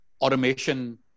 automation